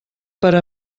per